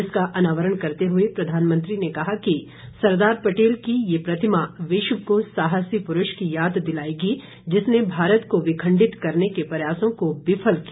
इसका अनावरण करते हुए प्रधानमंत्री ने कहा कि सरदार पटेल की यह प्रतिमा विश्व को साहसी पुरूष की याद दिलाएगी जिसने भारत को विखंडित करने के प्रयासों को विफल किया